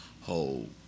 whole